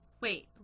Wait